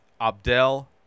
Abdel